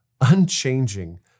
unchanging